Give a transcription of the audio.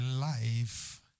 life